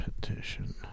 Petition